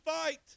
fight